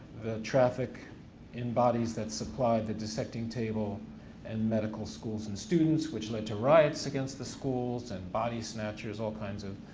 the traffic in bodies that supplied the dissecting table and medical schools and students, which led to riots against the schools and body snatchers, all kinds of